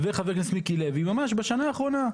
ממש בשנה האחרונה.